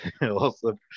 Awesome